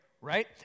right